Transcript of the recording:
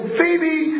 Phoebe